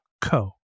co